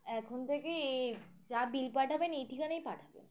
এখন থেকে যা বিল পাঠাবেন এই ঠিকানাই পাঠাবেন